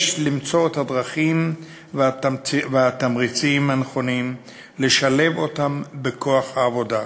יש למצוא את הדרכים והתמריצים הנכונים לשלב אותם בכוח העבודה.